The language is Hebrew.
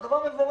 זה דבר מבורך.